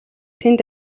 тэнд